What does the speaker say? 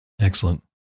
Excellent